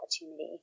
opportunity